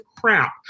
crap